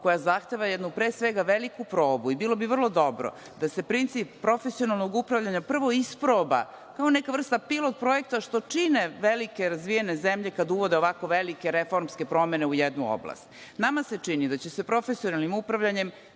koja zahteva pre svega jednu veliku probu i bilo bi vrlo dobro da se princip profesionalnog upravljanja prvo isproba kao neka vrsta pilot projekta što čine velike razvijene zemlje kada uvode ovako velike reformske promene u jednu oblast. Nama se čini da će se profesionalnim upravljanjem